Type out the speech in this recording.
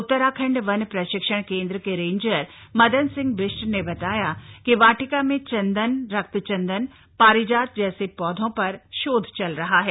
उतराखंड वन प्रशिक्षण केंद्र के रेंजर मदन सिंह बिष्ट ने बताया कि वाटिका में चंदन रक्त चंदन पारिजात जैसे पौधों पर यहां शोध कार्य चल रहा है